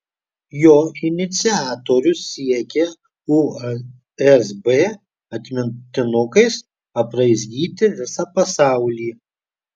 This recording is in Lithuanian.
jo iniciatorius siekia usb atmintukais apraizgyti visą pasaulį